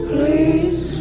Please